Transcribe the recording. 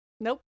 Nope